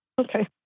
Okay